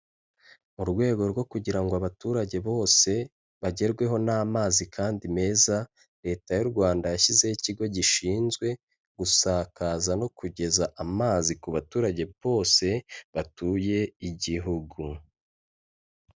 Mu rwego rwo kugira ngo abaturage bose bagerweho n'amazi kandi meza, Leta y'u Rwanda yashyizeho ikigo gishinzwe gusakaza no kugeza amazi ku baturage bose batuye Igihugu.